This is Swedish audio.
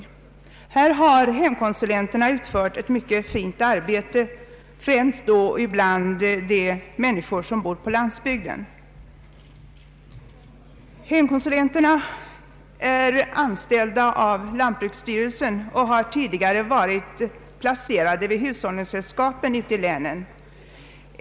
I detta avseende har hemkonsulenterna utfört ett mycket fint arbete, främst bland de människor som bor på landsbygden. Hemkonsulenterna är anställda av lantbruksstyreisen och har tidigare varit placerade vid hushållningssällskapen i länen.